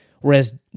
whereas